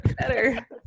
better